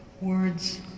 Words